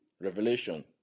revelation